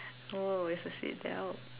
oh it's a seatbelt